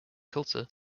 tulsa